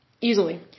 Easily